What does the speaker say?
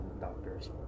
doctors